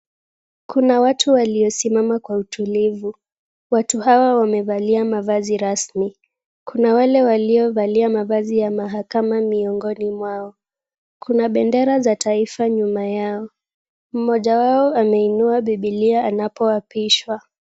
Kuna watu waliosimama kwa utulivu. Watu hawa wamevalia mavazi rasmi. Kuna wale waliovalia mavazi ya mahakama miongoni mwao. Kuna bendera za taifa nyuma yao. Mmoja wao ameinua bibilia anapo apishwa.